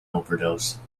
overdose